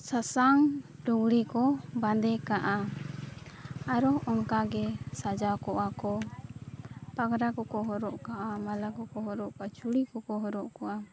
ᱥᱟᱥᱟᱝ ᱞᱩᱜᱽᱲᱤᱠᱚ ᱵᱟᱸᱫᱮ ᱠᱟᱜᱼᱟ ᱟᱨᱚ ᱚᱱᱠᱟᱜᱮ ᱥᱟᱡᱟᱣ ᱠᱚᱜᱼᱟᱠᱚ ᱯᱟᱜᱽᱨᱟ ᱠᱚᱠᱚ ᱦᱚᱨᱚᱜ ᱠᱟᱜᱼᱟ ᱢᱟᱞᱟ ᱠᱚᱠᱚ ᱦᱚᱨᱚᱜ ᱠᱟᱜᱼᱟ ᱪᱩᱲᱤ ᱠᱚᱠᱚ ᱦᱚᱨᱚᱜ ᱠᱟᱜᱼᱟ